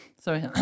sorry